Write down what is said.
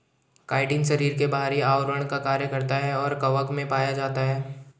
chitin शरीर के बाहरी आवरण का कार्य करता है और कवक में पाया जाता है